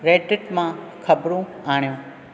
Reddit मां ख़बरूं आणियो